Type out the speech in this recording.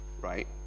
right